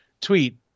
tweet